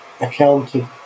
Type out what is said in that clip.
accounted